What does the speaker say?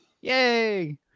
Yay